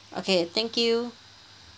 okay thank you